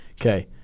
Okay